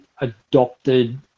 adopted